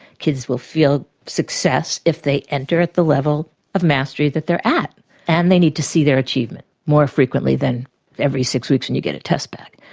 kids will feel success if they enter at the level of mastery that they're at and they need to see their achievement more frequently than every six weeks when and you get a test back.